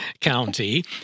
County